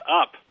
up